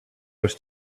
was